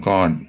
God